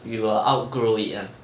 you will outgrow it [one]